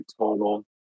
total